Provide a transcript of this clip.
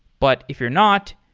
but if you're not,